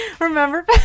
Remember